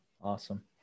Awesome